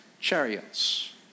chariots